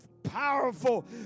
Powerful